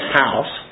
house